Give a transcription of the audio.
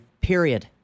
Period